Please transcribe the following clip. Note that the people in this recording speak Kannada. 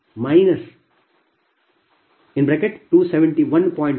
ಈಗ ನೀವು Pg3850 271